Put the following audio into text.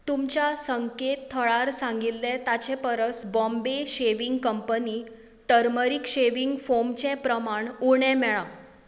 तुमच्या संकेत थळार सांगिल्लें ताचे परस Bombay shaving company turmeric shaving फोमचें प्रमाण उणें मेळ्ळां